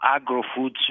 agro-food